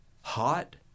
Hot